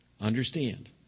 Understand